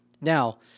Now